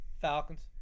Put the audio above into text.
Falcons